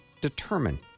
determine